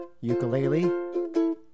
ukulele